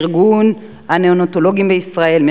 מאיגוד הנאונטולוגים בישראל,